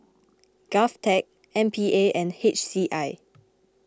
Govtech M P A and H C I